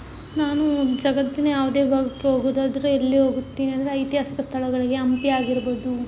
ನಾನು ಜಗತ್ತಿನ ಯಾವುದೇ ಭಾಗಕ್ಕೆ ಹೋಗೋದಾದ್ರೆ ಎಲ್ಲಿ ಹೋಗುತ್ತೀನಿ ಅಂದರೆ ಐತಿಹಾಸಿಕ ಸ್ಥಳಗಳಿಗೆ ಹಂಪಿ ಆಗಿರ್ಬೊದು